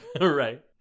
right